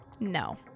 No